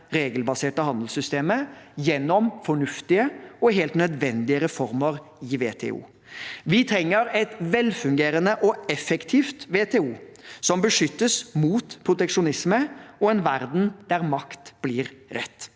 regelbaserte handelssystemet gjennom fornuftige og helt nødvendige reformer i WTO. Vi trenger et velfungerende og effektivt WTO som beskyttes mot proteksjonisme og en verden der makt blir rett.